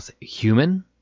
human—